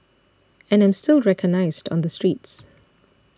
and I'm still recognised on the streets